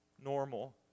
normal